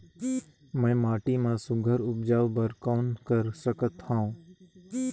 मैं माटी मा सुघ्घर उपजाऊ बर कौन कर सकत हवो?